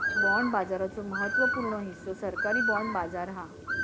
bond बाजाराचो महत्त्व पूर्ण हिस्सो सरकारी बाँड बाजार हा